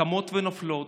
קמות ונופלות,